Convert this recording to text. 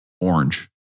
orange